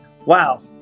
Wow